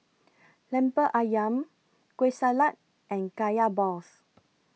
Lemper Ayam Kueh Salat and Kaya Balls